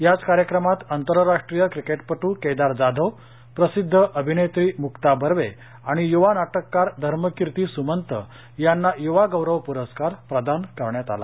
याच कार्यक्रमात आंतरराष्ट्रीय क्रिकेटपट्र केदार जाधव प्रसिद्ध अभिनेत्री मुक्ता बर्वे आणि युवा नाटककार धर्मकिर्ती स्मंत यांना युवा गौरव प्रस्कार प्रदान करण्यात आला